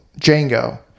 Django